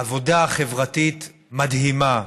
עבודה חברתית מדהימה.